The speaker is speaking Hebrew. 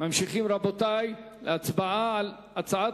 להעביר את הצעת